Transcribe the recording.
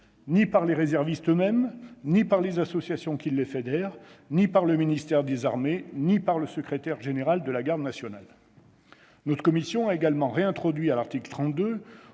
ni par les réservistes eux-mêmes, ni par les associations qui les fédèrent, ni par le ministère des armées, ni par le secrétaire général de la Garde nationale. Notre commission a également réintroduit à l'article 32,